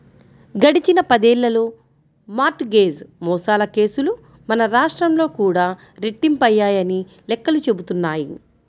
గడిచిన పదేళ్ళలో mortgage మోసాల కేసులు మన రాష్ట్రంలో కూడా రెట్టింపయ్యాయని లెక్కలు చెబుతున్నాయి